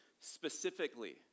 specifically